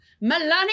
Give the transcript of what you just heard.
Melania